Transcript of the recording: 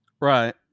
Right